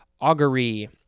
augury